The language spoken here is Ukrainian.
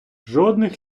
жодних